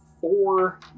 four